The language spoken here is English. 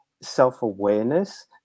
self-awareness